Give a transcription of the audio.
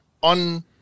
on